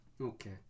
Okay